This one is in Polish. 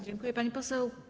Dziękuję, pani poseł.